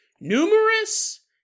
numerous